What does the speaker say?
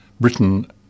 Britain